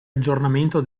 aggiornamento